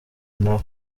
nawe